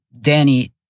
Danny